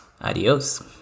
Adios